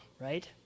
right